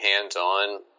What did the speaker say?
hands-on